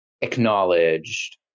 acknowledged